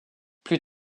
plus